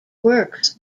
works